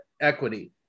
equity